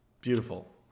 Beautiful